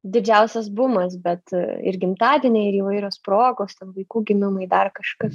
didžiausias bumas bet ir gimtadieniai ir įvairios progos ten vaikų gimimai dar kažkas